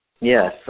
yes